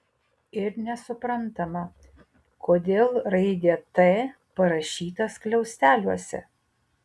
ir nesuprantama kodėl raidė t parašyta skliausteliuose